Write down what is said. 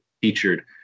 featured